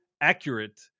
accurate